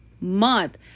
month